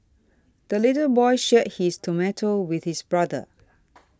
the little boy shared his tomato with his brother